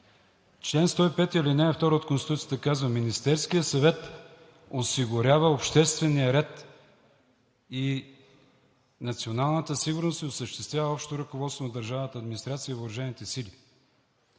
Член 105, ал. 2 от Конституцията казва: „Министерският съвет осигурява обществения ред и националната сигурност и осъществява общото ръководство на държавната администрация и на въоръжените сили.“